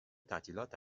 تعطیلات